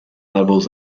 levels